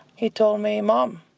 he told me, mom,